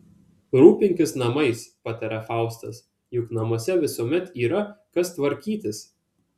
rūpinkis namais pataria faustas juk namuose visuomet yra kas tvarkytis